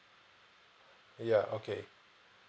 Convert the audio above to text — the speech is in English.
ya okay